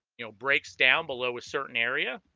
you know breaks down below a certain area